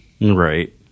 Right